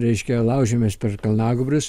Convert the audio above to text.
reiškia laužiamės per kalnagūbrius